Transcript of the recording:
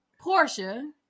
Portia